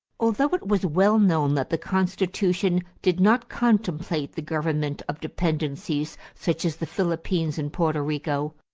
although it was well known that the constitution did not contemplate the government of dependencies, such as the philippines and porto rico,